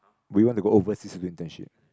would you want to go overseas to do internship